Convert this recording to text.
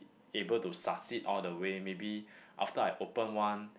able to succeed all the way maybe after I open one